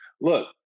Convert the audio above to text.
look